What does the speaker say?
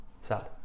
sad